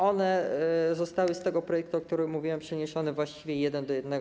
One zostały z tego projektu, o którym mówiłem, przeniesione właściwie jeden do jednego.